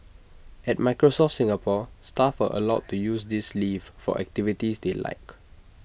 at Microsoft Singapore staff are allowed to use this leave for activities they like